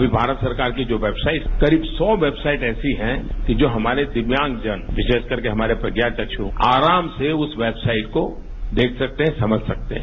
अभी भारत सरकार की जो वेबसाइट करीब सौ वेबसाइट ऐसी है कि जो हमारे दिव्यांगजन विशेष करके हमारे प्रज्ञाचक्षु आराम से उस वेबसाइट को देख सकते है समझ सकते है